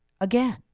again